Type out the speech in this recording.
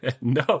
No